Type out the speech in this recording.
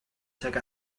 tuag